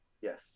Yes